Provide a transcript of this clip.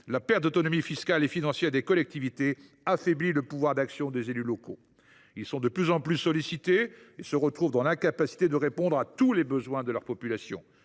La perte d’autonomie fiscale et financière des collectivités affaiblit le pouvoir d’action des élus locaux. Ils sont de plus en plus sollicités, sans pouvoir répondre à tous les besoins de la population,